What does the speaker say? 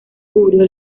cubrió